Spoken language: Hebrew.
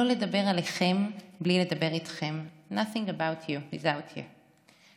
לא לדבר עליכם בלי לדבר איתכם, Nothing about you without you .